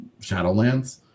Shadowlands